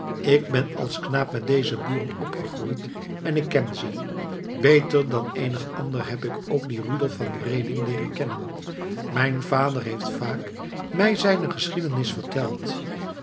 ik ben als knaap met deze boeren opgegroeid en ik ken ze beter dan eenig ander heb ik ook dien rudolf van reding leeren kennen mijn vader heeft vaak mij zijne geschiedenis verteld